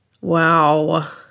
Wow